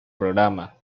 programa